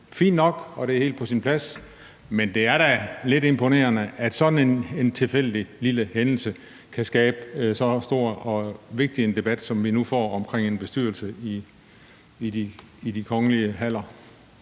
fint nok, og det er helt på sin plads – er det da lidt imponerende, at sådan en tilfældig lille hændelse kan skabe så stor og vigtig en debat, som vi nu får om en bestyrelse i de kongelige haller.